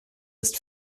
ist